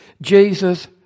Jesus